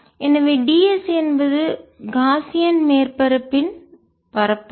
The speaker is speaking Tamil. எனவே ds என்பது காஸியன் மேற்பரப்பின் பரப்பளவு